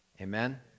Amen